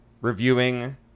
reviewing